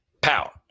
Pow